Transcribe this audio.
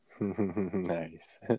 nice